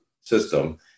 system